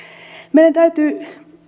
meidän täytyy